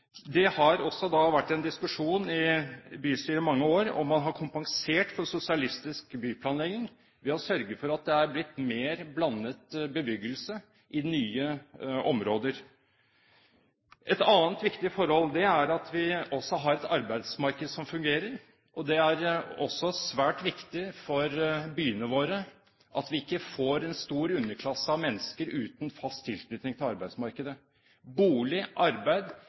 har også vært oppe til diskusjon i bystyret i mange år, og man har kompensert for sosialistisk byplanlegging ved å sørge for at det er blitt mer blandet bebyggelse i nye områder. Et annet viktig forhold er at vi har et arbeidsmarked som fungerer. Det er svært viktig for byene våre at vi ikke får en stor underklasse av mennesker uten fast tilknytning til arbeidsmarkedet. Bolig og arbeid